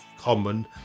common